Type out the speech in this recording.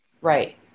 Right